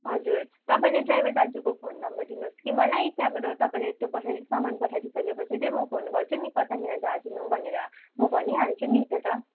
हजुर तपाईँले ड्राइभर दाजुको फोन नम्बर दिनुहोस् कि मलाई त्यहाँबाट तपाईँले त्यो पठाइदिइ सामान पठाइदिइ सकेपछि चाहिँ म फोन गर्छु नि कतानिर झारिदिनु भनेर म भनिहाल्छु नि त्यो त